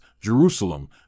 Jerusalem